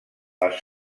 les